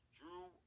drew